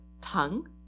tongue